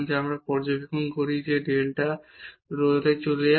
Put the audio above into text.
যা আমরা পর্যবেক্ষণ যে ডেল্টা rho 0 তে যায়